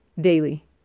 daily